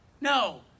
No